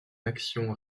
action